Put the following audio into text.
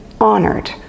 honored